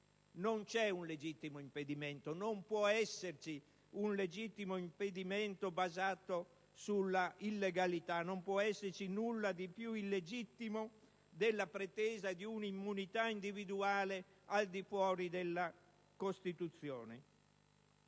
Non c'è un legittimo impedimento, non può esserci un legittimo impedimento basato sulla illegalità. Non può esserci nulla di più illegittimo della pretesa di un'immunità individuale al di fuori della Costituzione.